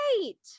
great